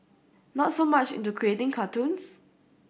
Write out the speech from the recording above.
not so much into creating cartoons